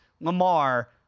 Lamar